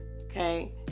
okay